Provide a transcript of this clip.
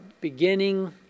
beginning